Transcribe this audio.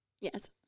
yes